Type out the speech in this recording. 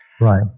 Right